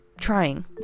trying